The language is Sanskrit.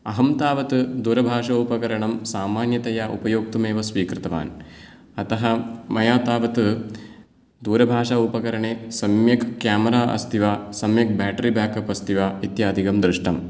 अहं तावत् दूरभाषा उपकरणं सामान्यतया उपयोक्तुम् एव स्वीकृतवान् अतः मया तावत् दूरभाषा उपकरणे सम्यक् केमेरा अस्ति वा सम्यक् बेट्री बेकप् अस्ति वा इत्यादिकं दृष्टम्